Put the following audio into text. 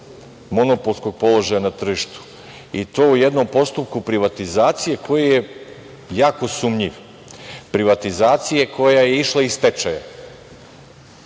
monopolskog položaja na tržištu i to u jednom postupku privatizacije koji je jako sumnjiv, privatizacije koja je išla iz stečaja